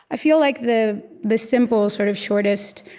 feel like the the simple, sort of shortest